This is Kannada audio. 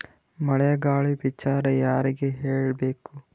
ಮಳೆ ಗಾಳಿ ವಿಚಾರ ಯಾರಿಗೆ ಕೇಳ್ ಬೇಕು?